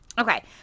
Okay